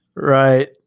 Right